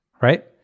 right